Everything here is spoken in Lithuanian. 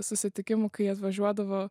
susitikimų kai atvažiuodavo